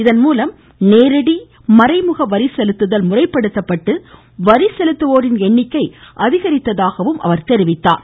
இதன் மூலம் நேரடி மற்றும் மறைமுக வரி செலுத்துதல் முறைப்படுத்தப்பட்டு வரி செலுத்துவோரின் எண்ணிக்கை அதிகரித்ததாகவும் குறிப்பிட்டார்